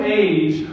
age